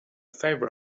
favor